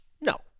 No